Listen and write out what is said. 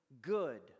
good